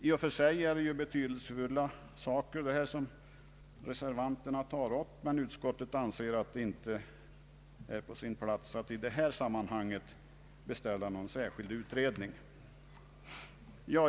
I och för sig är det betydelsefulla saker som reservanterna här tar upp, men utskottet anser det inte på sin plats att i det här sammanhanget beställa någon särskild utredning.